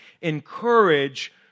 encourage